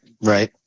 right